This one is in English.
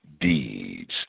deeds